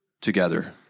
together